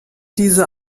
diese